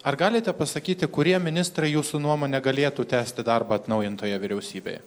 ar galite pasakyti kurie ministrai jūsų nuomone galėtų tęsti darbą atnaujintoje vyriausybėje